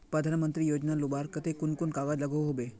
प्रधानमंत्री योजना लुबार केते कुन कुन कागज लागोहो होबे?